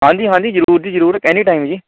ਹਾਂਜੀ ਹਾਂਜੀ ਜ਼ਰੂਰ ਜੀ ਜ਼ਰੂਰ ਐਨੀ ਟਾਈਮ ਜੀ